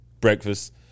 Breakfast